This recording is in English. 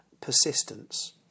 persistence